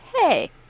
hey